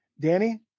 Danny